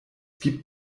gibt